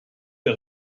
der